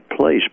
place